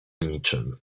niczym